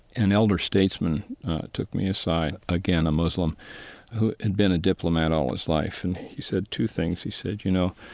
an elder statesman took me aside again a muslim who had been a diplomat all his life and he said two things. he said, you know,